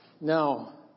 Now